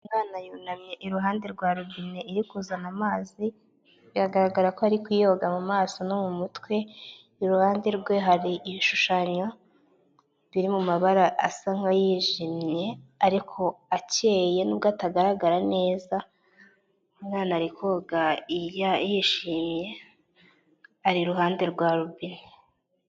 Umwana yunamye iruhande rwa robine iri kuzana amazi, biragaragara ko ari kuyoga mu maso no mu mutwe, iruhande rwe hari ibishushanyo biri mu mabara asa nkayijimye ariko akeye nubwo atagaragara neza, umwana ari kwoga yishimye ari iruhande rwa robine.